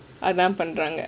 அதான் பண்றங்க:athaan panraanga